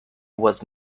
was